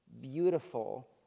beautiful